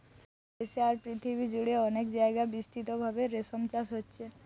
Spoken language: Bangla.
আমাদের দেশে আর পৃথিবী জুড়ে অনেক জাগায় বিস্তৃতভাবে রেশম চাষ হচ্ছে